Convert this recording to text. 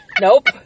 Nope